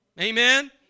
Amen